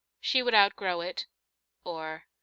she would outgrow it or,